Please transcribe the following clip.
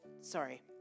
Sorry